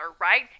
right